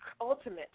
ultimate